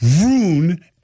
ruin